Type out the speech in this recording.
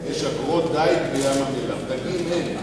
דגים אין,